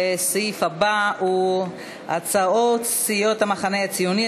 והסעיף הבא הוא הצעות סיעות המחנה הציוני,